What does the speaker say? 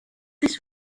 this